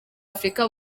afurika